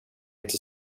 inte